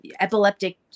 epileptic